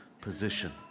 position